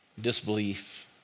disbelief